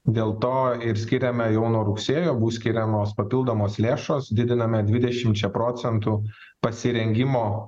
dėl to ir skiriame jau nuo rugsėjo bus skiriamos papildomos lėšos didiname dvidešimčia procentų pasirengimo